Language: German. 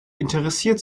interessiert